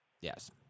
Yes